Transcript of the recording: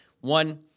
one